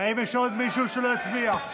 האם יש עוד מישהו שלא הצביע?